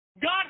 God